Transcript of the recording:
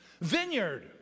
vineyard